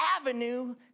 avenue